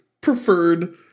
preferred